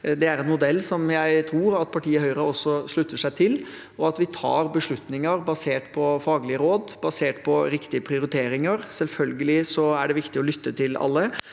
Det er en modell som jeg tror at partiet Høyre også slutter seg til, og at vi tar beslutninger basert på faglige råd, basert på riktige prioriteringer. Selvfølgelig er det viktig å lytte til alle,